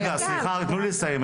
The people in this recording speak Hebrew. רגע סליחה תנו לי לסיים,